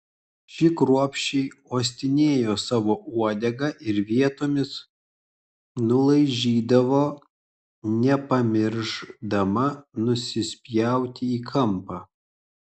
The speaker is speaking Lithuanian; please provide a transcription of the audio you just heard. ši kruopščiai uostinėjo savo uodegą ir vietomis nulaižydavo nepamiršdama nusispjauti į kampą